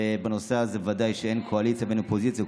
ובנושא הזה ודאי שאין קואליציה ואין אופוזיציה,